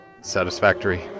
satisfactory